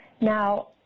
Now